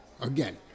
Again